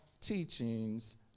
teachings